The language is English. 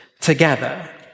together